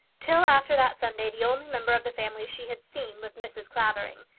till after that sunday the only member of the family she had seen was mrs. clavering,